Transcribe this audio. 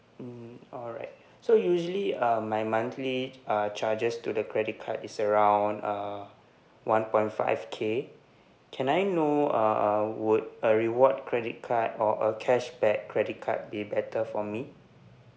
mm alright so usually um my monthly uh charges to the credit card is around uh one point five K can I know err would a reward credit card or a cashback credit card be better for me